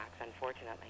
unfortunately